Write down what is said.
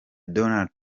donald